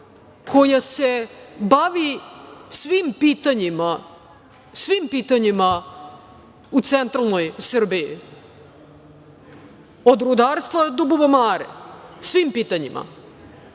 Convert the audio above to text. koja se bavi svim pitanjima u centralnoj Srbiji, od rudarstva do bubamare? Ali se